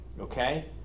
okay